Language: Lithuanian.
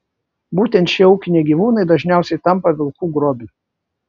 būtent šie ūkiniai gyvūnai dažniausiai tampa vilkų grobiu